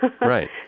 Right